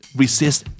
resist